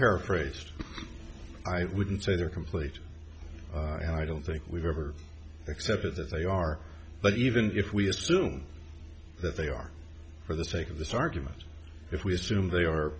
paraphrased i wouldn't say they're complete i don't think we've ever accepted that they are but even if we assume that they are for the sake of this argument if we assume they are